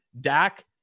Dak